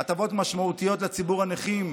הטבות משמעותיות לציבור הנכים,